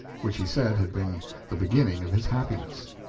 which he said had been the beginning of his happiness.